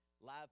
live